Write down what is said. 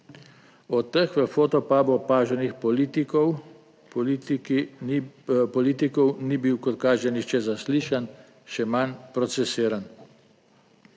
Od teh v Fotopubu opaženih politikov ni bil, kot kaže, nihče zaslišan, še manj procesiran.